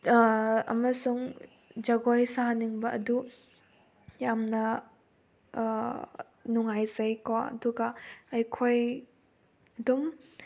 ꯑꯃꯁꯨꯡ ꯖꯒꯣꯏ ꯁꯥꯅꯤꯡꯕ ꯑꯗꯨ ꯌꯥꯝꯅ ꯅꯨꯡꯉꯥꯏꯖꯩꯀꯣ ꯑꯗꯨꯒ ꯑꯩꯈꯣꯏ ꯑꯗꯨꯝ